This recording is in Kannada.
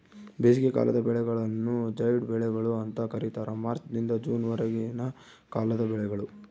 ಬೇಸಿಗೆಕಾಲದ ಬೆಳೆಗಳನ್ನು ಜೈಡ್ ಬೆಳೆಗಳು ಅಂತ ಕರೀತಾರ ಮಾರ್ಚ್ ನಿಂದ ಜೂನ್ ವರೆಗಿನ ಕಾಲದ ಬೆಳೆಗಳು